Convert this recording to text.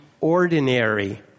ordinary